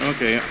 Okay